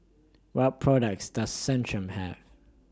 What products Does Centrum Have